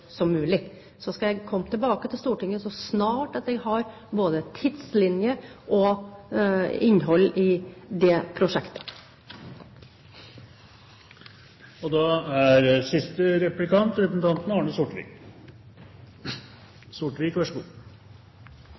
som mulig. Så skal jeg komme tilbake til Stortinget så snart jeg har både tidslinje og innhold i det prosjektet. Med fare for å bli oppfattet som utidig både på egne og